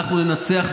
אנחנו ננצח,